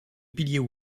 pilier